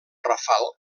rafal